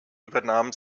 übernahm